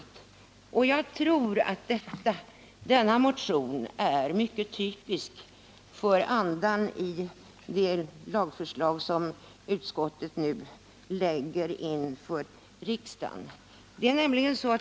Jag tror att denna motion är mycket typisk för andan i det lagförslag som utskottet nu lägger fram för riksdagen.